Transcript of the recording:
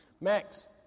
Max